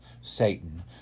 Satan